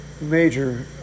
major